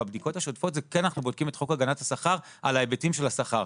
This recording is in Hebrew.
בבדיקות השוטפות אנחנו כן בודקים את חוק הגנת השכר על ההיבטים של השכר,